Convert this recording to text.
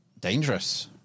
dangerous